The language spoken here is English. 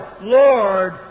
Lord